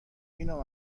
اینو